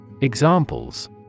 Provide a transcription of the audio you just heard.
Examples